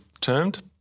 termed